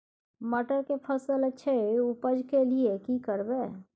मटर के फसल अछि उपज के लिये की करबै?